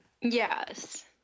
Yes